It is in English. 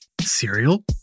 Cereal